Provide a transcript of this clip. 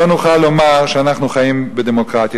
לא נוכל לומר שאנחנו חיים בדמוקרטיה.